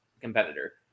competitor